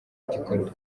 gikorwa